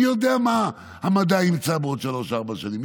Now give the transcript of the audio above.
מי יודע מה המדע ימצא בעוד שלוש-ארבע שנים,